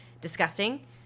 disgusting